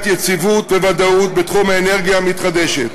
יציבות וודאות בתחום האנרגיה המתחדשת.